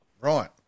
Right